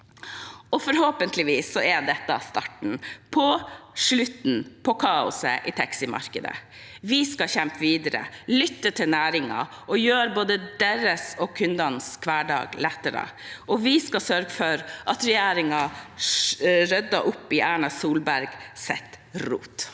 Forhåpentligvis er dette starten på slutten på kaoset i taximarkedet. Vi skal kjempe videre, lytte til næringen og gjøre både deres og kundenes hverdag lettere. Vi skal sørge for at regjeringen rydder opp i Erna Solbergs rot.